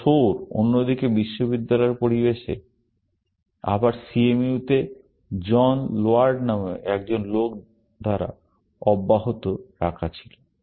এই সোর অন্যদিকে বিশ্ববিদ্যালয়ের পরিবেশে আবার CMU তে জন লেয়ার্ড নামে একজন লোক দ্বারা অব্যাহত রাখা ছিল